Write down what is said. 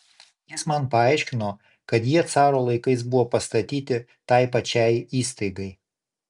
jis man paaiškino kad jie caro laikais buvo pastatyti tai pačiai įstaigai